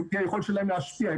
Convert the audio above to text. על פי היכולת שלהם להשפיע,